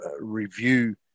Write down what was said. review